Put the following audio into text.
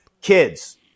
kids